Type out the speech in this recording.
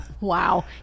wow